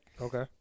Okay